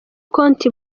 konti